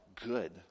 good